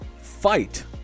fight